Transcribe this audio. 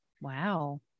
Wow